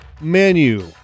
menu